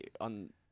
on